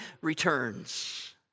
returns